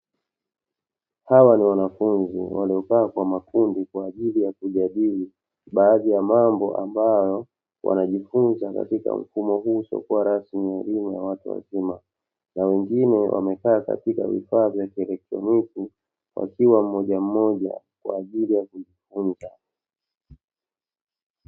Hawa ni wanafunzi waliokaa kwa makundi kwa ajili ya kujadili baadhi ya mambo ambayo wanajifunza katika mfumo huu usiokuwa rasmi wa elimu ya watu wazima na wengine wamekaa katika vifaa vya kielektroniki wakiwa mmoja mmoja kwa ajili ya kijifunza.